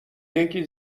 یکی